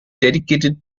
dedicated